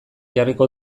jarriko